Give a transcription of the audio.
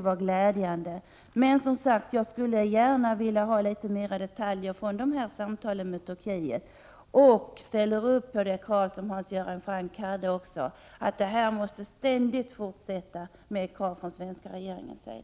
var glädjande att höra. Jag skulle vilja höra litet fler detaljer från samtalen med Turkiet. Jag ställer mig även bakom det som Hans Göran Franck sade om att den svenska regeringen måste fortsätta att ställa krav.